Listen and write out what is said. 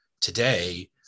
today